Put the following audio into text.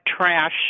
trash